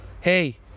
hey